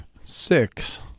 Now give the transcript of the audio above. six